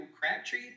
Crabtree